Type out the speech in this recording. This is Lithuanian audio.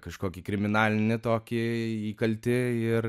kažkokį kriminalinį tokį įkaltį ir